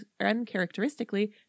uncharacteristically